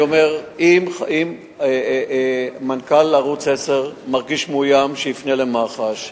אם מנכ"ל ערוץ-10 מרגיש מאוים, שיפנה למח"ש.